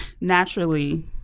naturally